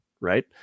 Right